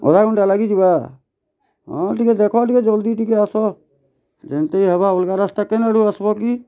ଅଧା ଘଣ୍ଟା ଲାଗିଯିବା ହଁ ଟିକେ ଦେଖ ଟିକେ ଜଲ୍ଦି ଟିକେ ଆସ ଜେନ୍ତି ହେବ ଅଲ୍ଗା ରାସ୍ତା କେନ୍ ଆଡ଼ୁ ଆସ୍ବକି